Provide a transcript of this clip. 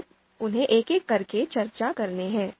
तो चलिए एक एक करके उनकी चर्चा करते हैं